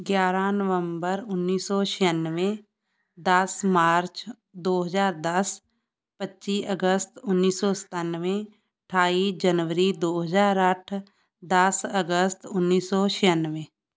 ਗਿਆਰ੍ਹਾਂ ਨਵੰਬਰ ਉੱਨੀ ਛਿਆਨਵੇਂ ਦਸ ਮਾਰਚ ਦੋ ਹਜ਼ਾਰ ਦਸ ਪੱਚੀ ਅਗਸਤ ਉੱਨੀ ਸੌ ਸਤਾਨਵੇਂ ਅਠਾਈ ਜਨਵਰੀ ਦੋ ਹਜ਼ਾਰ ਅੱਠ ਦਸ ਅਗਸਤ ਉੱਨੀ ਸੌ ਛਿਆਨਵੇਂ